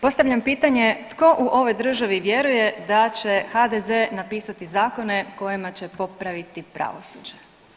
Postavljam pitanje tko u ovoj državi vjeruje da će HDZ napisati zakone kojima će popraviti pravosuđe?